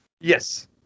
yes